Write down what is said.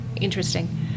interesting